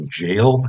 jail